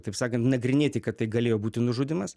taip sakan nagrinėti kad tai galėjo būti nužudymas